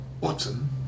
Watson